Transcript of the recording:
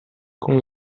con